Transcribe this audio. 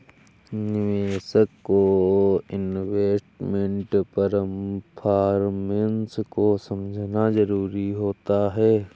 निवेशक को investment performance को समझना जरुरी होता है